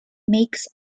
makes